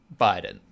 Biden